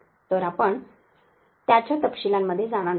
तर आपण त्याच्या तपशीलांमध्ये जाणार नाही